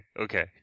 okay